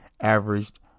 averaged